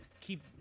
keep